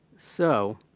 so